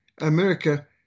America